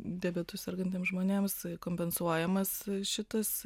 diabetu sergantiems žmonėms kompensuojamas šitas